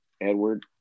Edward